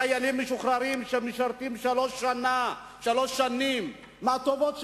חיילים משוחררים שמשרתים שלוש שנים, מהטובות שלהם,